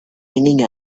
hanging